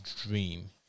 Dream